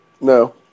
No